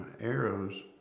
arrows